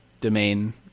domain